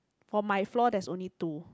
for my floor there's only two